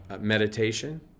meditation